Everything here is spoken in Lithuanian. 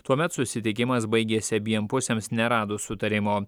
tuomet susitikimas baigėsi abiem pusėms neradus sutarimo